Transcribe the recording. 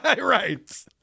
Right